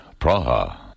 Praha